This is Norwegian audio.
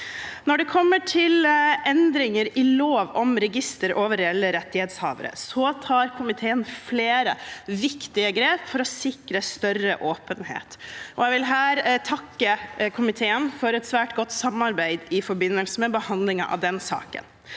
Når det gjelder endringer i lov om register over reelle rettighetshavere, tar komiteen flere viktige grep for å sikre større åpenhet, og jeg vil her takke komiteen for et svært godt samarbeid i forbindelse med behandlingen av den saken.